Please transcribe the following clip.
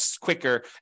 quicker